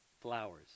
flowers